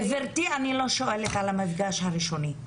גברתי, אני לא שואל על המפגש הראשוני.